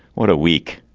what a week